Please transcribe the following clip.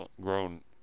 grown